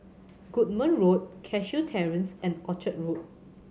Goodman Road Cashew Terrace and Orchard Road